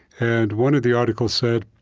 and one of the articles said,